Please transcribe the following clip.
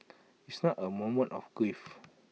it's not A moment of grief